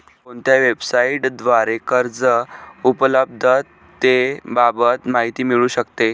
कोणत्या वेबसाईटद्वारे कर्ज उपलब्धतेबाबत माहिती मिळू शकते?